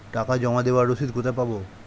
টাকা জমা দেবার রসিদ কোথায় পাব?